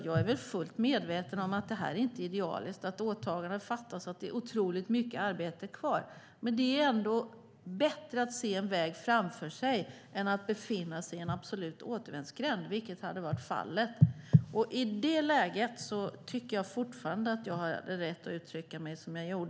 Jag är fullt medveten om att detta inte är idealiskt, att åtaganden fattas och att det är otroligt mycket arbete kvar. Men det är ändå bättre att se en väg framför sig än att befinna sig i en absolut återvändsgränd, vilket hade varit fallet. I det läget tycker jag fortfarande att jag hade rätt att uttrycka mig som jag gjorde.